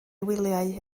wyliau